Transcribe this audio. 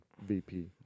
VP